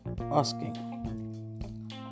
asking